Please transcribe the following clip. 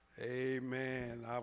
Amen